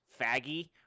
faggy